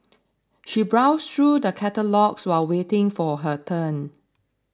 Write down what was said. she browsed through the catalogues while waiting for her turn